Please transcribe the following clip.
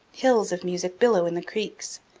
hills of music billow in the creeks,